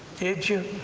did you?